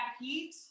heat